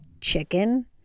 chicken